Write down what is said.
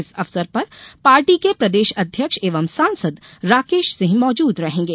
इस अवसर पर पार्टी के प्रदेश अध्यक्ष एवं सांसद राकेश सिंह मौजूद रहेंगे